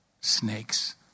Snakes